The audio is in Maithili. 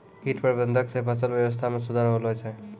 कीट प्रबंधक से फसल वेवस्था मे सुधार होलो छै